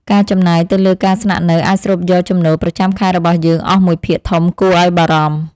ការចំណាយទៅលើការស្នាក់នៅអាចស្រូបយកចំណូលប្រចាំខែរបស់យើងអស់មួយភាគធំគួរឱ្យបារម្ភ។